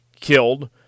killed